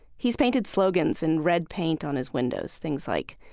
he has painted slogans in red paint on his windows. things like,